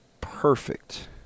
perfect